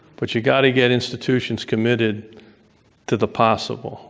but you've got to get institutions committed to the possible.